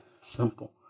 simple